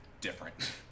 different